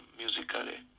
musically